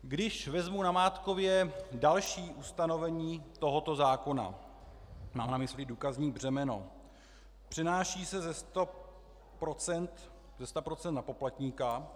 Když vezmu namátkově další ustanovení tohoto zákona, mám na mysli důkazní břemeno, přenáší se ze sta procent na poplatníka.